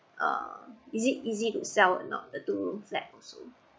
uh is it easy to sell or not the two room flat also